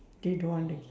they don't want to give